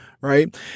right